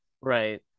Right